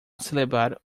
celebrar